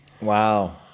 Wow